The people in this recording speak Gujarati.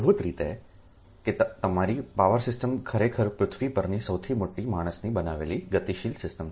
મૂળભૂત રીતે કે તમારી પાવર સિસ્ટમ ખરેખર પૃથ્વી પરની સૌથી મોટી માણસની બનાવેલી ગતિશીલ સિસ્ટમ છે